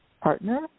partner